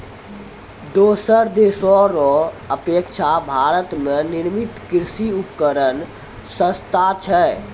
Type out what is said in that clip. दोसर देशो रो अपेक्षा भारत मे निर्मित कृर्षि उपकरण सस्ता छै